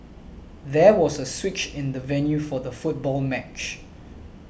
there was a switch in the venue for the football match